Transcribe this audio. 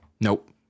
nope